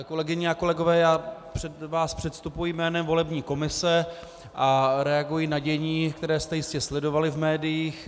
Kolegyně a kolegové, já před vás předstupuji jménem volební komise a reaguji na dění, které jste jistě sledovali v médiích.